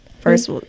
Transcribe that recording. First